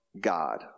God